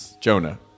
Jonah